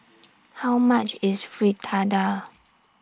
How much IS Fritada